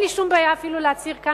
אין לי שום בעיה אפילו להצהיר כאן,